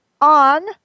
on